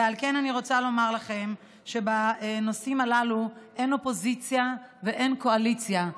ועל כן אני רוצה לומר לכם שבנושאים הללו אין אופוזיציה ואין קואליציה,